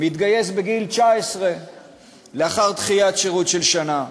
שם בדוי, מתגייס בגיל 19 לאחר דחיית שירות של שנה.